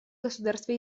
государства